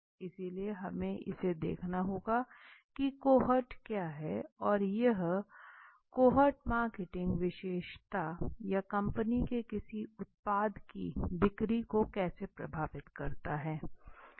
इसलिए हमें इसे देखना होगा की कोहॉर्ट क्या है और यह कॉहोर्ट्स मार्केटिंग विशेषता या कंपनी के किसी उत्पाद की बिक्री को कैसे प्रभावित करता हैं